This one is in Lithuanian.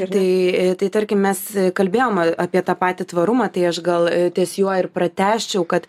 tai tai tarkim mes kalbėjom apie tą patį tvarumą tai aš gal ties juo ir pratęsčiau kad